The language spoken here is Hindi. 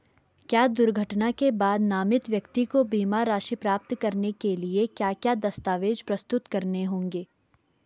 क्या दुर्घटना के बाद नामित व्यक्ति को बीमा राशि प्राप्त करने के लिए क्या क्या दस्तावेज़ प्रस्तुत करने होंगे?